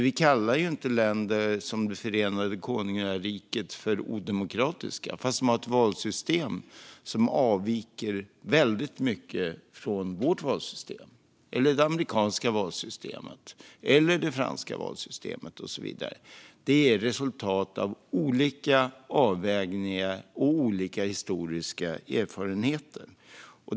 Vi kallar ju inte länder som Förenade konungariket för odemokratiska fastän de har ett valsystem som avviker väldigt mycket från vårt. Detsamma gäller det amerikanska valsystemet, det franska valsystemet och så vidare. Systemen är resultatet av olika avvägningar och olika historiska erfarenheter.